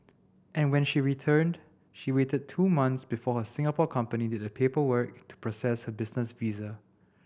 and when she returned she waited two months before her Singapore company did the paperwork to process her business visa